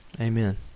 Amen